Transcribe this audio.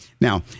Now